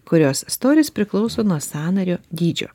kurios storis priklauso nuo sąnario dydžio